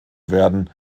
werden